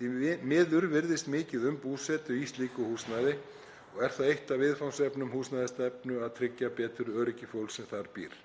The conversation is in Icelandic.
Því miður virðist mikið um búsetu í slíku húsnæði og er það eitt af viðfangsefnum húsnæðisstefnu að tryggja betur öryggi fólks sem þar býr.